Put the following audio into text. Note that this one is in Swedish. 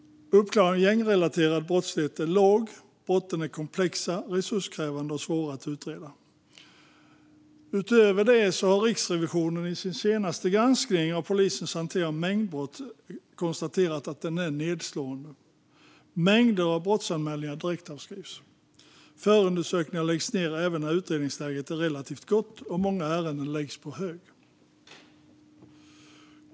Uppklaringen av gängrelaterad brottslighet är låg. Brotten är komplexa, resurskrävande och svåra att utreda. Utöver det konstaterar Riksrevisionen i sin senaste granskning av polisens hantering av mängdbrott att den är nedslående. Mängder av brottsanmälningar direktavskrivs. Förundersökningar läggs ned även när utredningsläget är relativt gott, och många ärenden läggs på hög.